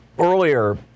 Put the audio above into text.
Earlier